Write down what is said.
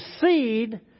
seed